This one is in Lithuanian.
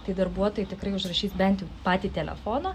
tai darbuotojai tikrai užrašys bent jau patį telefoną